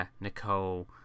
nicole